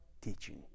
teaching